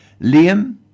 Liam